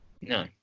No